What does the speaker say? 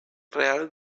real